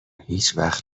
هیچوقت